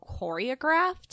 choreographed